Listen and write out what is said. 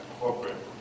corporate